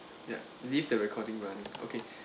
ya leave the recording run okay